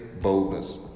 Boldness